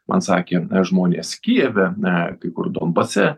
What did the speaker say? man sakė žmonės kijeve na kai kur donbase